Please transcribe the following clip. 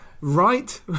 Right